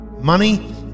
Money